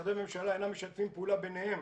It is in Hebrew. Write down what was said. משרדי הממשלה אינם משתפים פעולה ביניהם